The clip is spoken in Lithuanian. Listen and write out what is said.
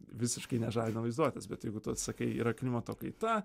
visiškai nežadina vaizduotės bet jeigu tu atsakai yra klimato kaita